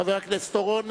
חבר הכנסת אורון,